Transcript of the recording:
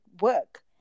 work